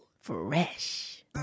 fresh